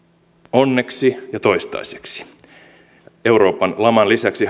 onneksi ja toistaiseksi euroopan laman lisäksi